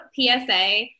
PSA